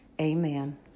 Amen